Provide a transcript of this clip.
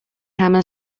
همه